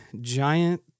Giant